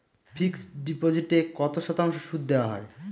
Fixed ডিপোজিটে কত শতাংশ সুদ দেওয়া হয়?